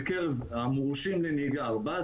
מצלמות שמימן לנו משרד התחבורה ולא היינו צריכים לשלם עבורן,